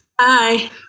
Hi